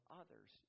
others